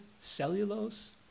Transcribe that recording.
cellulose